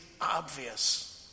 obvious